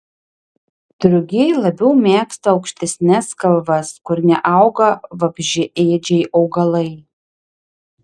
drugiai labiau mėgsta aukštesnes kalvas kur neauga vabzdžiaėdžiai augalai